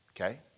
okay